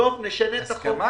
טוב, נשנה את החוק.